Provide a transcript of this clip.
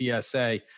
TSA